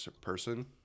person